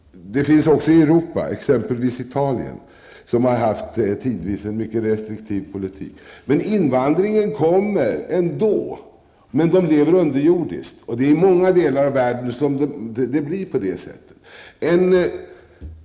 Det finns länder i Europa, exempelvis Italien, som tidvis har haft en mycket restriktiv politik. Invandringen kommer ändå, men invandrarna går under jorden. I många delar av världen blir det på det sättet.